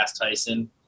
Tyson